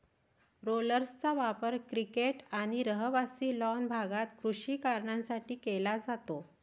रोलर्सचा वापर क्रिकेट आणि रहिवासी लॉन भागात कृषी कारणांसाठी केला जातो